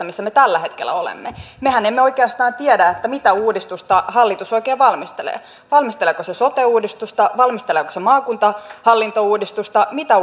missä me tällä hetkellä olemme mehän emme oikeastaan tiedä mitä uudistusta hallitus oikein valmistelee valmisteleeko se sote uudistusta valmisteleeko se maakuntahallintouudistusta mitä